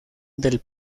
del